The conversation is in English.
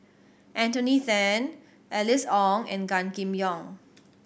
Anthony Then Alice Ong and Gan Kim Yong